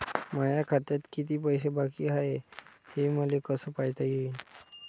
माया खात्यात किती पैसे बाकी हाय, हे मले कस पायता येईन?